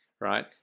right